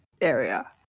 area